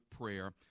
prayer